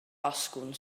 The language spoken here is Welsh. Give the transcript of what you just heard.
asgwrn